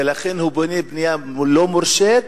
ולכן הוא בונה בנייה לא מורשית,